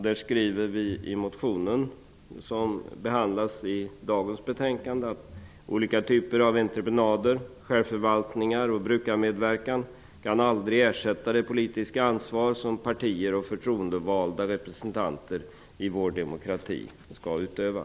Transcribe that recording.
Vi skriver i en motion som behandlas i dagens betänkande att olika typer av entreprenader, självförvaltning och brukarmedverkan aldrig kan ersätta det politiska ansvar som partier och förtroendevalda representanter i vår demokrati skall utöva.